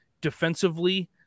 defensively